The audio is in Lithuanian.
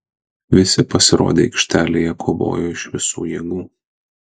visi pasirodę aikštelėje kovojo iš visų jėgų